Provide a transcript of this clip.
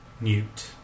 Newt